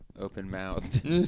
Open-mouthed